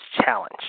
Challenge